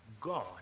God